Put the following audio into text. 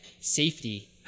safety